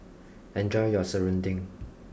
enjoy your Serunding